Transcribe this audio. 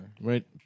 Right